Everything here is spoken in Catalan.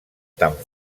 tan